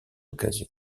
occasion